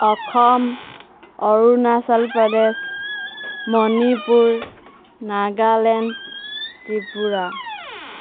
Assam Arunachal Pradesh Manipur Nagaland Tripura